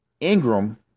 Ingram